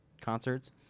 concerts